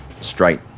straight